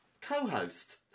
co-host